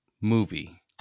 movie